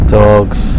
dogs